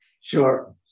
Sure